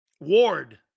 Ward